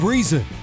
Reason